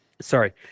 sorry